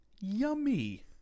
Yummy